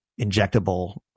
injectable